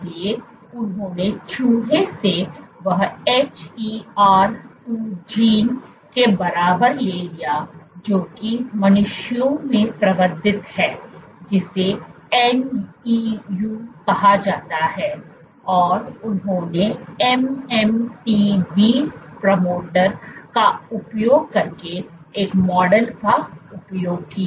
इसलिए उन्होंने चूहे से वह HER 2 जीन के बराबर ले लिया जो कि मनुष्यों में प्रवर्धित है जिसे NEU कहा जाता है और उन्होंने MMTV प्रमोटर का उपयोग करके एक मॉडल का उपयोग किया